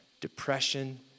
depression